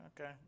okay